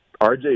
RJ